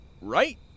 right